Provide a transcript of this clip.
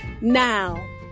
Now